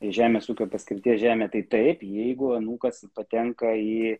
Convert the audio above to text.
žemės ūkio paskirties žemė tai taip jeigu anūkas patenka į